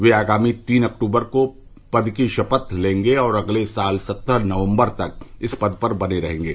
वह आगामी तीन अक्टूबर को पद की शपथ लेंगे और अगले साल सत्रह नवम्बर तक इस पद पर रहेंगे